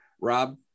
Rob